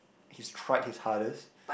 he's tried his hardest